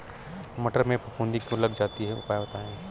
मटर में फफूंदी क्यो लग जाती है उपाय बताएं?